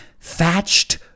thatched